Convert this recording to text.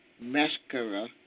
Mascara